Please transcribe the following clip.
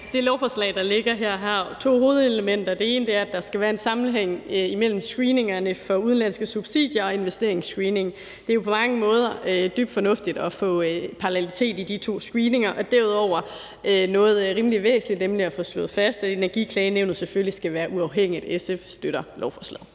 Det lovforslag, der ligger her, har to hovedelementer. Det ene er, at der skal være en sammenhæng imellem screeninger for udenlandske subsidier og investeringsscreening. Det er jo på mange måder dybt fornuftigt at få parallelitet i de to screeninger. Derudover er der noget rimelig væsentligt, nemlig at få slået fast, at Energiklagenævnet selvfølgelig skal være uafhængigt. SF støtter lovforslaget.